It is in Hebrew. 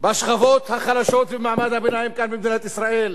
בשכבות החלשות ובמעמד הביניים כאן במדינת ישראל,